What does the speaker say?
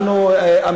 אני אשמח, אוקיי.